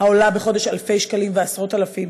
העולה בחודש אלפי שקלים ועשרות אלפים.